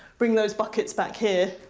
bring those buckets back here,